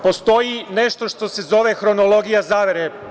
Postoji nešto što se zove hronologija zavere.